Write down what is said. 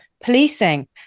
policing